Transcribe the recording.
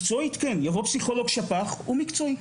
מקצועית כן, יבוא פסיכולוג שפ"ח הוא מקצועי.